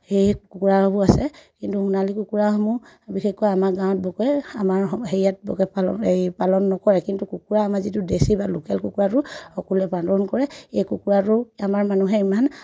সেই কুকুৰাসমূহ আছে কিন্তু সোণালী কুকুৰাসমূহ বিশেষকৈ আমাৰ গাঁৱত বৰকৈ আমাৰ হেৰিয়াত বৰকৈ পালন এই পালন নকৰে কিন্তু কুকুৰা আমাৰ যিটো দেশী বা লোকেল কুকুৰাটো সকলোৱে পালন কৰে এই কুকুৰাটো আমাৰ মানুহে ইমান